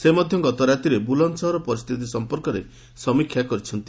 ସେ ମଧ୍ୟ ଗତରାତିରେ ବୁଲନ୍ଦସହର ପରିସ୍ଥିତି ବିଷୟରେ ସମୀକ୍ଷା କରିଛନ୍ତି